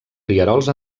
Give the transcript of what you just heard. rierols